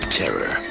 terror